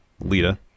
Lita